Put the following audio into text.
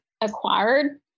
acquired